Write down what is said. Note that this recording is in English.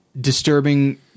disturbing